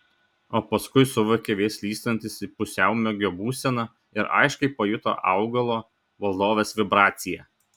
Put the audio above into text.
o paskui suvokė vėl slystantis į pusiaumiegio būseną ir aiškiai pajuto augalo valdovės vibraciją